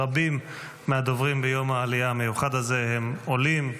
רבים מהדוברים ביום העלייה המיוחד הזה הם עולים,